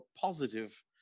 positive